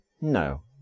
No